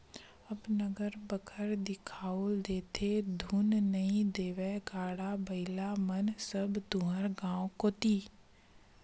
अब नांगर बखर दिखउल देथे धुन नइ देवय गाड़ा बइला मन सब तुँहर गाँव कोती